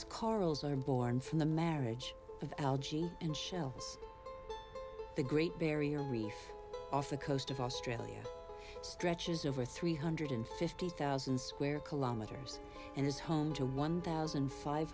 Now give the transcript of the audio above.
corals are born from the marriage of algae and shells the great barrier reef off the coast of australia stretches over three hundred fifty thousand square kilometers and is home to one thousand five